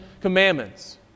Commandments